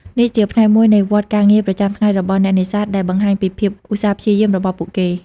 នេះជាផ្នែកមួយនៃវដ្តការងារប្រចាំថ្ងៃរបស់អ្នកនេសាទដែលបង្ហាញពីភាពឧស្សាហ៍ព្យាយាមរបស់ពួកគេ។